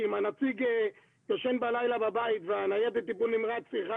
כי אם הנציג ישן בלילה בבית והניידת טיפול הנמרץ צריכה